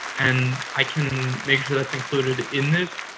and i can make sure that's included in this.